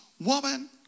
woman